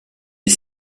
est